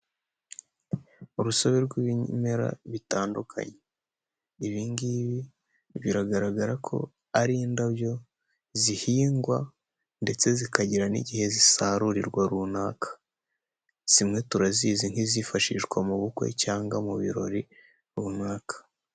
Urusobe rw'ibimera bitandukanye ibi ngibi biragaragara ko ari indabyo zihingwa ndetse zikagira n'igihe zisarurirwa runaka, zimwe turazizi nk'izifashishwa mu bukwe cyangwa mu birori runaka.